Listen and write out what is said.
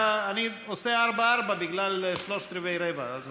אני עושה ארבעה-ארבעה בגלל שלושת-רבעי רבע.